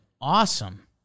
awesome